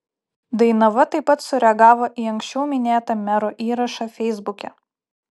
dainava taip pat sureagavo į anksčiau minėtą mero įrašą feisbuke